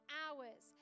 hours